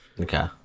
Okay